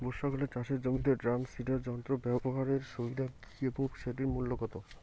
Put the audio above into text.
বর্ষাকালে চাষের জমিতে ড্রাম সিডার যন্ত্র ব্যবহারের সুবিধা কী এবং সেটির মূল্য কত?